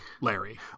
Larry